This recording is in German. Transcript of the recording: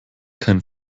kein